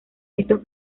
estos